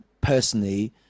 personally